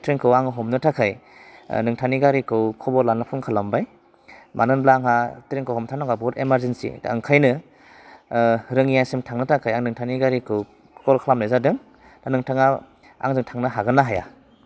बे ट्रेनखौ आं हमनो थाखाय ओह नोंथांनि गारिखौ खबर लोनो फन खालामबाय मोनो होनब्ला आंहा ट्रेनखौ हमथारनांगौआ बुहुत इमारजिनसि दा ओंखायनो ओह रोंङिआसिम थांनो थाखाय आं नोंथांनि गारिखौ कल खालामनाय जादों दा नोंथाङा आंजों थांनो हागोन ना हाया